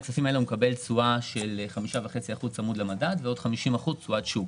קיבל תשואה של 5.5% צמוד למדד ו-50% תשואת שוק.